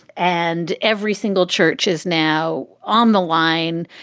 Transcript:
and every single church is now on the line.